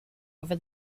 over